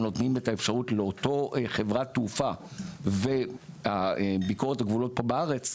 נותנים את האפשרות לאותה חברת תעופה וביקורת הגבולות פה בארץ,